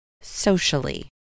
socially